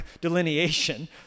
delineation